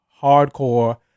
hardcore